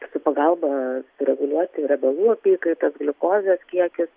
su pagalba reguliuoti riebalų apykaitą gliukozės kiekį